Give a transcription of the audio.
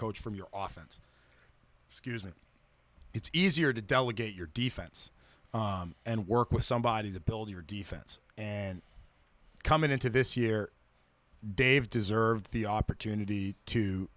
coach from your office excuse me it's easier to delegate your defense and work with somebody to build your defense and coming into this year dave deserved the opportunity to